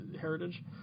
Heritage